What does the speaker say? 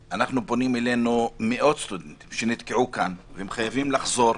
פונים אלינו מאות סטודנטים כאלו שנתקעו כאן והם חייבים לחזור,